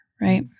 right